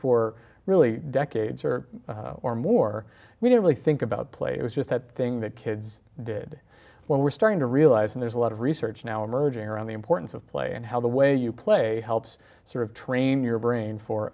for really decades or or more we didn't really think about play it was just that thing that kids did when we're starting to realize and there's a lot of research now emerging around the importance of play and how the way you play helps sort of train your brain for